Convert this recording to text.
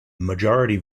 majority